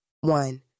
One